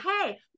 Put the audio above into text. hey